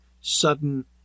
sudden